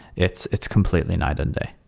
it's it's completely night and day